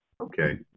okay